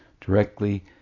directly